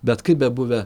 bet kaip bebuvę